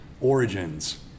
origins